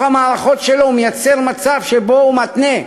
המערכות שלו הוא מייצר מצב שבו הוא מתנה,